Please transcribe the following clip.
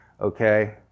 okay